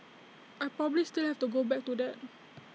I probably still have to go back to that